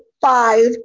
five